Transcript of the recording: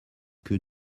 que